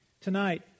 Tonight